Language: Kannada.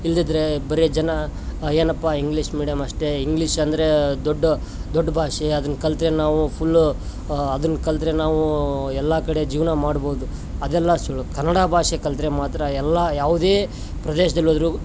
ಇಲ್ದಿದ್ದರೆ ಬರಿ ಜನ ಏನಪ್ಪಾ ಇಂಗ್ಲಿಷ್ ಮೀಡಿಯಮ್ ಅಷ್ಟೇ ಇಂಗ್ಲಿಷ್ ಅಂದರೆ ದೊಡ್ಡ ದೊಡ್ಡ ಭಾಷೆ ಅದನ್ನ ಕಲ್ತ್ರೆ ನಾವು ಫುಲ್ಲು ಅದನ ಕಲಿತರೆ ನಾವು ಎಲ್ಲ ಕಡೆ ಜೀವನ ಮಾಡ್ಬೌದು ಅದೆಲ್ಲ ಸುಳ್ಳು ಕನ್ನಡ ಭಾಷೆ ಕಲಿತರೆ ಮಾತ್ರ ಎಲ್ಲ ಯಾವುದೇ ಪ್ರದೇಶದಲ್ಲೊದರೂ